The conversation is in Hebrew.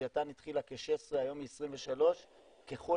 לווייתן התחילה כ-16 היום היא 23. ככל